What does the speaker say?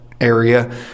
area